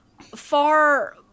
far